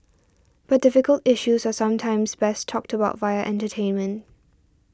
but difficult issues are sometimes best talked about via entertainment